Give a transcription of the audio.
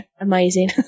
amazing